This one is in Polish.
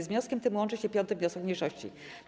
Z wnioskiem tym łączy się 5. wniosek mniejszości.